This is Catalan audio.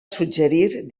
suggerir